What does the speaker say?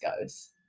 goes